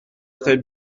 très